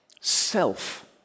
self